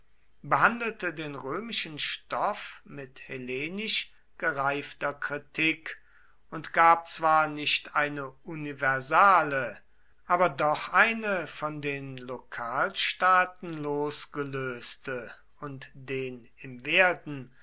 behandelte den römischen stoff mit hellenisch gereifter kritik und gab zwar nicht eine universale aber doch eine von den lokalstaaten losgelöste und den im werden